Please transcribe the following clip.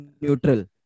neutral